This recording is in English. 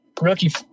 rookie